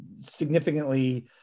significantly